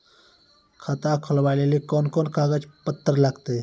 खाता खोलबाबय लेली कोंन कोंन कागज पत्तर लगतै?